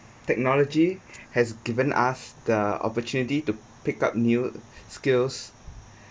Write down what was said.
technology has given us the opportunity to pick up new skills